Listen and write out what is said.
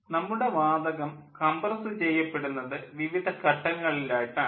നമ്മുടെ വാതകം കംപ്രസ് ചെയ്യപ്പെടുന്നത് വിവിധ ഘട്ടങ്ങളിലായി ആണ്